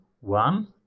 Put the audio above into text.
one